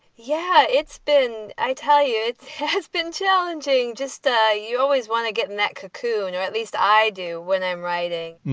yeah, it's been i tell you, it has been challenging. just ah you always want to get in that cocoon, or at least i do when i'm writing.